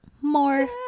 more